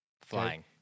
Flying